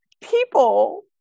people